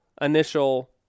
initial